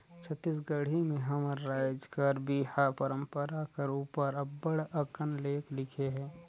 छत्तीसगढ़ी में हमर राएज कर बिहा परंपरा कर उपर अब्बड़ अकन लेख लिखे हे